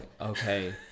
Okay